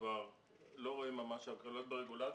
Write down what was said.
כבר לא רואים ממש הקלות ברגולציה,